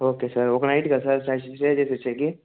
okay sir ఒక నైట్కా sir